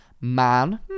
man